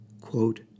quote